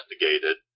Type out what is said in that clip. investigated